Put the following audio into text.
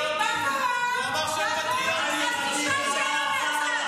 ------ החוצפה שלכם --- זה מביא לי עצבים.